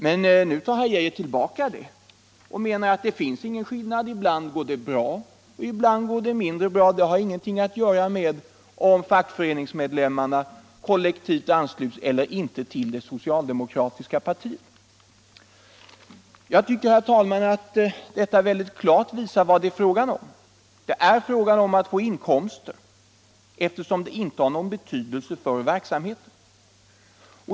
Men nu tar herr Geijer tillbaka det och menar att det finns ingen skillnad — ibland går det bra och ibland går det mindre bra, men det har ingenting att göra med om fackföreningsmedlemmarna kollektivansluts eller inte till det socialdemokratiska partiet. Jag tycker, herr talman, att detta klart visar vad det är fråga om. Det handlar om att få inkomster, eftersom kollektivanslutningen alltså inte har någon betydelse för verksamheten.